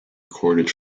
recorded